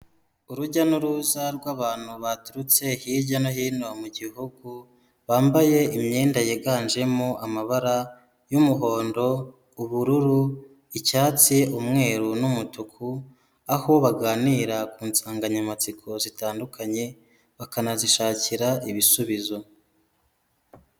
Urujya n'uruza rw'abantu baturutse hirya no hino mu gihugu, bambaye imyenda yiganjemo amabara y'umuhondo, ubururu, icyatsi, umweru n'umutuku, aho baganira ku nsanganyamatsiko zitandukanye bakanazishakira ibisubizo.